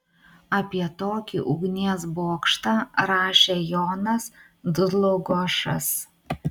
apie tokį ugnies bokštą rašė jonas dlugošas